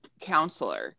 counselor